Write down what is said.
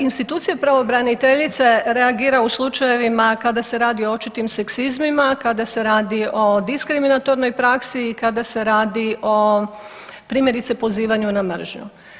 Institucija pravobraniteljice reagira u slučajevima kada se radi o očitim seksizmima, kada se radi o diskriminatornoj praksi, kada se radi o primjerice pozivanju na mržnju.